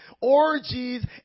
orgies